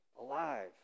alive